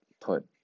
put